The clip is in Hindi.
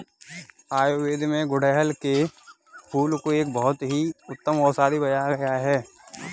आयुर्वेद में गुड़हल के फूल को एक बहुत ही उत्तम औषधि बताया गया है